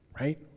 right